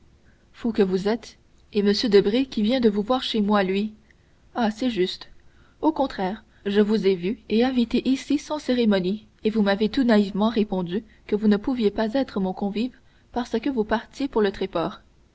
fou que vous êtes et m debray qui vient de vous voir chez moi lui ah c'est juste au contraire je vous ai vu et invité ici sans cérémonie et vous m'avez tout naïvement répondu que vous ne pouviez pas être mon convive parce que vous partiez pour le tréport